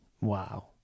Wow